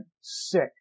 sick